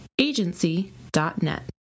agency.net